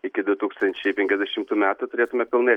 iki du tūkstančiai penkiasdešimtų metų turėtume pilnai